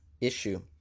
issue